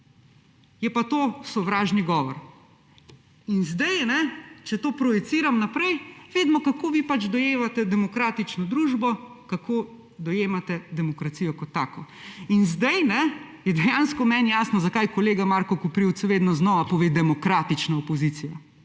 je pa to sovražni govor. Če to projiciram naprej, vidimo, kako vi dojemate demokratično družbo, kako dojemate demokracijo kot tako. In zdaj je dejansko meni jasno, zakaj kolega Marko Koprivc vedno znova pove »demokratična opozicija«.